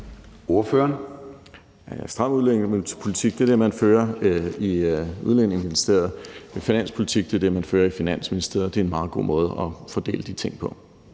stram udlændingepolitik er det, man fører i Udlændingeministeriet – finanspolitik er det, man fører i Finansministeriet. Det er en meget god måde at fordele de ting på.